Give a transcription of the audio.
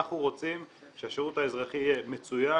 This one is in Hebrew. אנחנו רוצים שהשירות האזרחי יהיה מצוין,